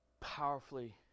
powerfully